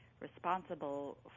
responsible